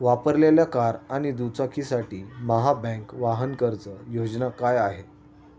वापरलेल्या कार आणि दुचाकीसाठी महाबँक वाहन कर्ज योजना काय आहे?